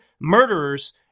murderers